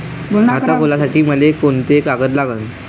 खात खोलासाठी मले कोंते कागद लागन?